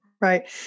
right